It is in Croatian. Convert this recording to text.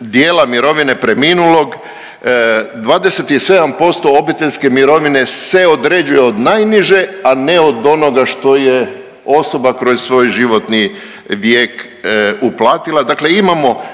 dijela mirovine preminulog 27% obiteljske mirovine se određuje od najniže, a ne od onoga što je osoba kroz svoj životni vijek uplatila. Dakle, imamo